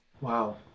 Wow